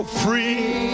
free